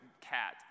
cat